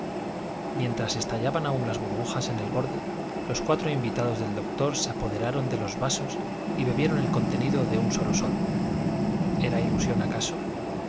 mientras estallaban aún las burbujas en el borde los cuatro invitados del doctor se apoderaron de los vasos y bebieron el contenido de un solo sorbo era ilusión acaso